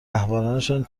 رهبرانشان